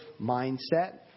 mindset